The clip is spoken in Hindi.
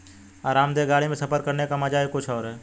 आरामदेह गाड़ी में सफर करने का मजा ही कुछ और है